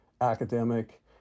academic